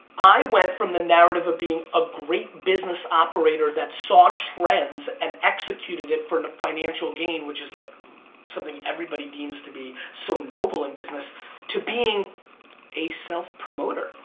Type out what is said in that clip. i went from the narrative of being a great business operator that saw trends and executed it for financial gain, which is like something everybody deems to be so noble in business to being a self promoter,